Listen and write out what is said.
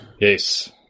Yes